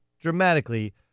dramatically